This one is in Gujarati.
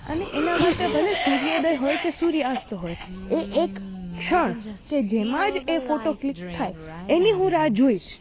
અને એના માટે ભલે સૂર્યોદય હોય કે સૂર્યાસ્ત હોય એ એક ક્ષણ કે જેમાં જ એ ફોટો ક્લિક થાય એની જ હું રાહ જોઈશ